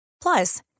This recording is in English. Plus